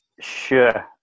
sure